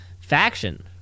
faction